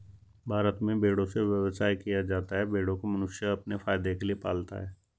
भारत में भेड़ों से व्यवसाय किया जाता है भेड़ों को मनुष्य अपने फायदे के लिए पालता है